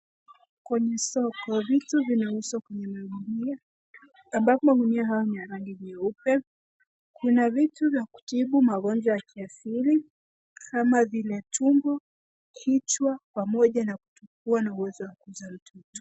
Kwenye soko vituvinauzwa kwa gunua ambapo gunia hayo ni ya rangi nyeupe kuna vitu vya kutibu magonjwa ya kiasili kama vile chungu kichwa pamoja na uwezo wa kukosa ututu.